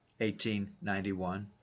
1891